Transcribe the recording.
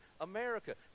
America